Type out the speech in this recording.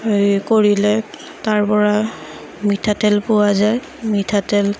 হেৰি কৰিলে তাৰপৰা মিঠাতেল পোৱা যায় মিঠাতেল